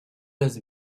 has